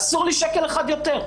אסור לי שקל אחד יותר.